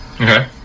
Okay